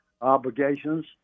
obligations